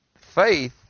faith